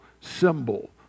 symbol